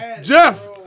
Jeff